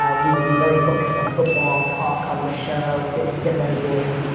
ah we will be very focused on football talk on the show. get get ready for it.